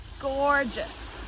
Gorgeous